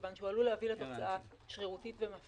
כיוון שהוא עלול להביא לתוצאה שרירותית ומפלה.